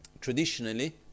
traditionally